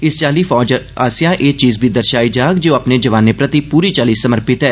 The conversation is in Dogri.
इस चाल्ली फौज आसेआ एह चीज बी दर्षाई जाग जे ओह अपने जवाने प्रति पूरी चाल्ली समर्पित ऐ